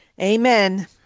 Amen